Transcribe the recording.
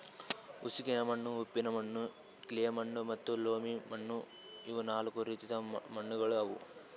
ಉಸುಕಿನ ಮಣ್ಣು, ಉಪ್ಪಿನ ಮಣ್ಣು, ಕ್ಲೇ ಮಣ್ಣು ಮತ್ತ ಲೋಮಿ ಮಣ್ಣು ಇವು ನಾಲ್ಕು ರೀತಿದು ಮಣ್ಣುಗೊಳ್ ಅವಾ